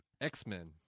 X-Men